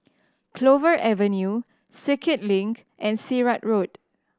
Clover Avenue Circuit Link and Sirat Road